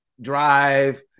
drive